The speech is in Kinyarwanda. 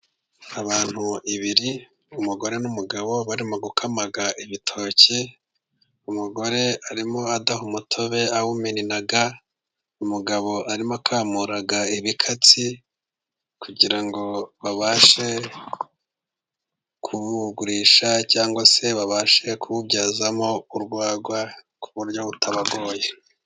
Abantu babiri， umugore n'umugabo barimo gukama ibitoki， umugore arimo adaha umutobe awuminina，umugabo arimo akamura ibikatsi kugira ngo babashe kuwugurisha，cyangwa se babashe kuwubyazamo urwagwa ku buryo butabagoye.